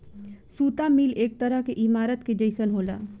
सुता मिल एक तरह के ईमारत के जइसन होला